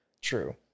True